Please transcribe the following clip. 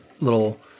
little